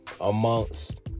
amongst